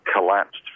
collapsed